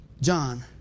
John